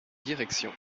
direction